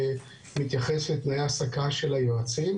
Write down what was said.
מתייחס לתנאי ההעסקה של היועצים.